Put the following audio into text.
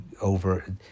over